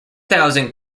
thousand